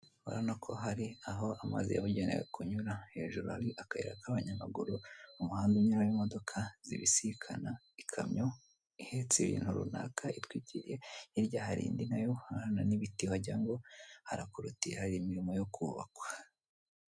Urabona ko hari aho amazi yabugenewe kunyura, hejuru hari akayira k'abanyamaguru, umuhanda unyuraho imodoka zibisikana, ikamyo ihetse ibintu runaka itwikiriye, hirya hari indi na yo, urabona n'ibiti wagira ngo harakorotiriye, hari imirimo yo kubakwa.